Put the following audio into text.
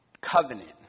covenant